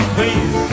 Please